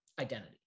identity